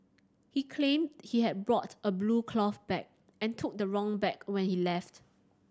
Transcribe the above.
he claimed he had brought a blue cloth bag and took the wrong bag when he left